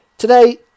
Today